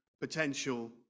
potential